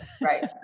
right